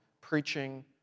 preaching